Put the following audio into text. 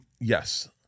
yes